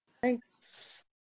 thanks